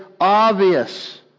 obvious